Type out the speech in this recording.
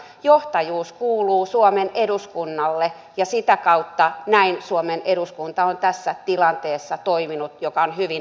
johtajuus kuuluu suomen eduskunnalle ja sitä kautta suomen eduskunta on toiminut näin tässä tilanteessa joka on hyvin erityislaatuinen